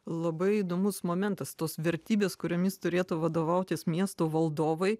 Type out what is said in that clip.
labai įdomus momentas tos vertybės kuriomis turėtų vadovautis miestų valdovai